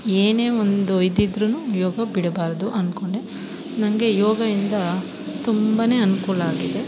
ಏನೇ ಒಂದು ಇದಿದ್ರು ಯೋಗ ಬಿಡಬಾರದು ಅನ್ಕೊಂಡೆ ನನಗೆ ಯೋಗಯಿಂದ ತುಂಬ ಅನುಕೂಲ ಆಗಿದೆ